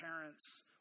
parents